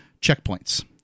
checkpoints